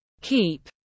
Keep